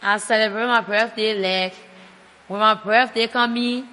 I celebrate my birthday like, when my birthday coming-